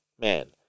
man